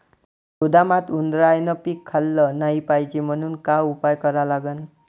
गोदामात उंदरायनं पीक खाल्लं नाही पायजे म्हनून का उपाय करा लागन?